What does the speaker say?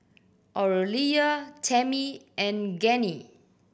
Aurelia Tammy and Gennie